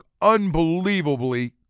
unbelievably